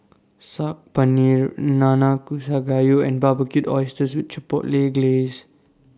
Saag Paneer Nanakusa Gayu and Barbecued Oysters with Chipotle Glaze